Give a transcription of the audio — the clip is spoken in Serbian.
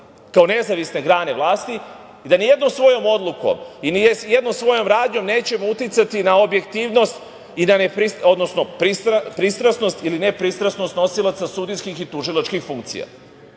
kao nezavisne grane vlasti i da ni jednom svojom odlukom i ni jednom svojom radnjom nećemo uticati na objektivnost, odnosno pristrasnost ili nepristrasnost nosilaca sudijskih i tužilačkih funkcija.